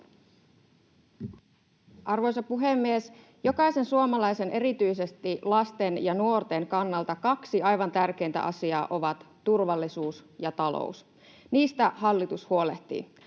Arvoisa puhemies! Jokaisen suomalaisen, erityisesti lasten ja nuorten, kannalta kaksi aivan tärkeintä asiaa ovat turvallisuus ja talous. Niistä hallitus huolehtii.